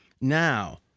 now